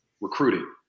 recruiting